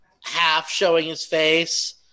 half-showing-his-face